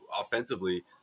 offensively